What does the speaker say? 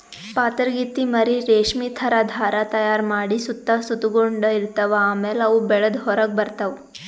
ಪಾತರಗಿತ್ತಿ ಮರಿ ರೇಶ್ಮಿ ಥರಾ ಧಾರಾ ತೈಯಾರ್ ಮಾಡಿ ಸುತ್ತ ಸುತಗೊಂಡ ಇರ್ತವ್ ಆಮ್ಯಾಲ ಅವು ಬೆಳದ್ ಹೊರಗ್ ಬರ್ತವ್